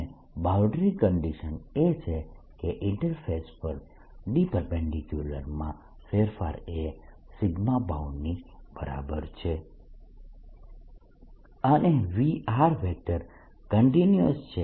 અને boundary condition એ છે કે ઇન્ટરફેસ પર D માં ફેરફાર એ bound ની બરાબર છે અને V કન્ટિન્યુઅસ છે